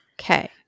okay